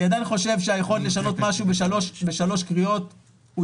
אני עדיין חושב שהיכולת לשנות משהו בשלוש קריאות הוא